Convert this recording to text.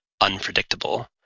unpredictable